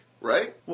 Right